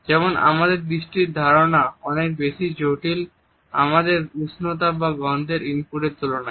যেমন আমাদের দৃষ্টির ধারণা অনেক বেশি জটিল আমাদের উষ্ণতা বা গন্ধের ইনপুট এর তুলনায়